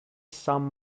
some